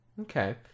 Okay